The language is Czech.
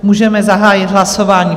Můžeme zahájit hlasování.